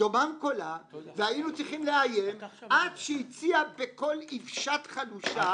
והיינו צריכים לאיים עד שהציעה בקול איוושה חלושה-